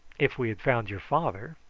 if we had found your father.